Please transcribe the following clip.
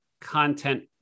content